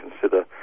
consider